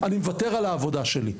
אני מוותר על העבודה שלי.